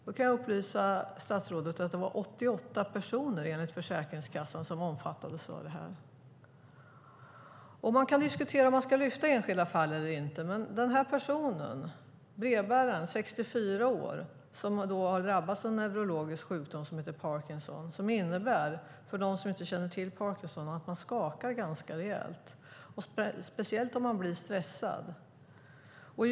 Jag kan upplysa statsrådet om att det enligt Försäkringskassan var 88 personer som omfattades av detta. Man kan diskutera om man ska lyfta upp enskilda fall eller inte. Men jag återkommer till den här personen - den 64-årige brevbäraren som har drabbats av en neurologisk sjukdom som heter Parkinson. För dem som inte känner till Parkinson kan jag berätta att sjukdomen innebär att man skakar ganska rejält, speciellt om man blir stressad.